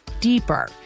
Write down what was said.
deeper